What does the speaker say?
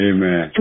Amen